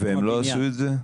והם לא עשו את זה?